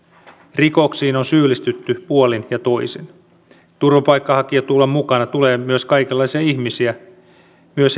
rikoksiin on syyllistytty puolin ja toisin turvapaikanhakijatulvan mukana tulee kaikenlaisia ihmisiä myös